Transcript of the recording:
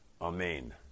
Amen